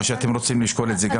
או שאתם רוצים לשקול את זה?